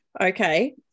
Okay